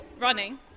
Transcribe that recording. Running